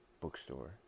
bookstore